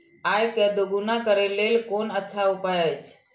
आय के दोगुणा करे के लेल कोन अच्छा उपाय अछि?